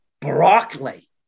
Broccoli